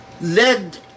led